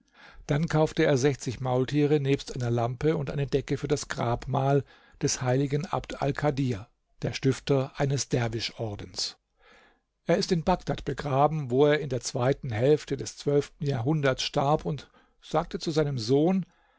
dann kaufte er sechzig maultiere nebst einer lampe und eine decke für das grabmal des heiligen abd alkadirabd alkadir alghilani ist der stifter eines derwischordens er ist in bagdad begraben wo er in der zweiten hälfte des jahrhunderts starb und sagte zu seinem sohn